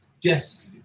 Yes